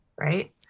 right